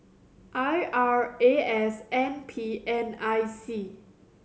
I R A S N P and I C